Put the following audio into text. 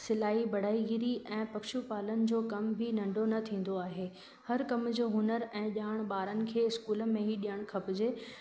सिलाई बढ़ाईगिरी ऐं पशू पालन जो कम बि नंढो न थींदो आहे हर कम जो हुनर ऐं ॼाणु ॿारन खे स्कूलनि में ई ॾियणु खपिजे